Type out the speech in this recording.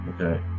Okay